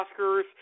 Oscars